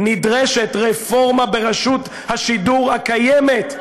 נדרשת רפורמה ברשות השידור הקיימת.